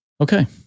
Okay